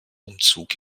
umzug